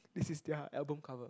this is their album cover